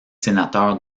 sénateurs